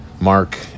Mark